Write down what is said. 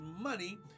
money